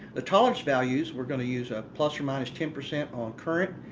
the tolerance values, we're going to use ah plus or minus ten percent on current.